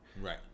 Right